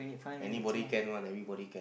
anybody can one everybody can